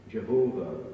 Jehovah